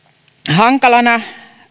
hankalana